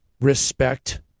respect